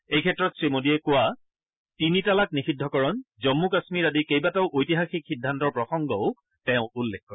এইক্ষেত্ৰত শ্ৰীমোদীয়ে কোৱা তিনি তালাক নিষিদ্ধকৰণ জম্মু কাশ্মীৰ আদি কেইবাটাও ঐতিহাসিক সিদ্ধান্তৰ প্ৰসংগও তেওঁ উল্লেখ কৰে